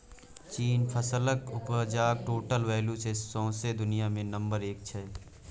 चीन फसलक उपजाक टोटल वैल्यू मे सौंसे दुनियाँ मे नंबर एक छै